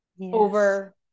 over